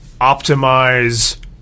optimize